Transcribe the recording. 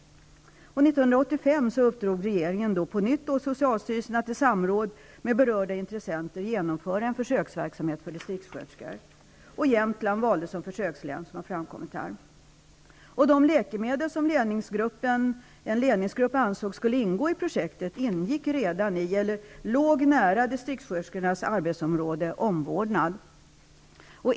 1985 uppdrog regeringen på nytt åt socialstyrelsen att i samråd med de berörda intressenterna genomföra en försöksverksamhet för distriktssköterskor. Såsom redan framkommit här valdes Jämtlands län som försöksdistrikt. De läkemedel som en ledningsgrupp ansåg skulle ingå i projektet låg nära distrikssköterskornas arbetsområde omvårdnad.